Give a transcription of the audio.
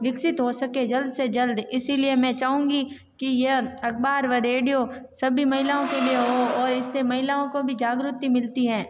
विकसित हो सके जल्द से जल्द इसलिए मैं चाहूँगी की यह अखबार व रेडियो सभी महिलाओं के लिए हो और इससे महिलाओं को भी जागृति मिलती है